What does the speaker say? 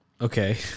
okay